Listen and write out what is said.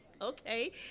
Okay